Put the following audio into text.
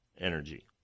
energy